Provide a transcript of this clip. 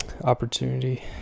opportunity